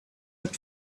but